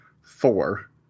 four